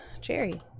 Jerry